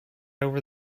over